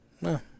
No